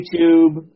YouTube